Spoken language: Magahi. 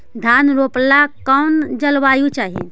धान रोप ला कौन जलवायु चाही?